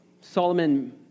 Solomon